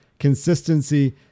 consistency